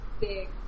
big